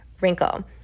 wrinkle